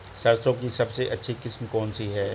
सरसों की सबसे अच्छी किस्म कौन सी है?